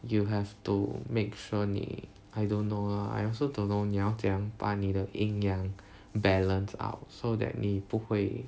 you have to make sure 你 I don't know I also don't know 你要怎样把你的阴阳 balance out so that 你不会